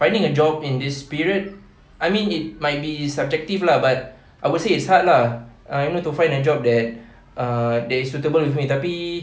finding a job at this period I mean it might be subjective lah but I would say it's hard lah ah you know to find a job that ah that is suitable with me tapi